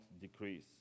decrease